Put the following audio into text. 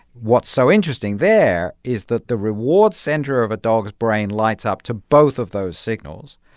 what's so interesting there is that the reward center of a dog's brain lights up to both of those signals.